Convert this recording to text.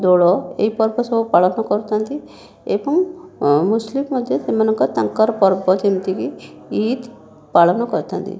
ଦୋଳ ଏହି ପର୍ବ ସବୁ ପାଳନ କରିଥାନ୍ତି ଏବଂ ମୁସଲିମ୍ ମଧ୍ୟ ସେମାନଙ୍କ ତାଙ୍କର ପର୍ବ ଯେମିତିକି ଇଦ୍ ପାଳନ କରିଥାନ୍ତି